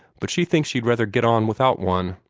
but she thinks she'd rather get on without one.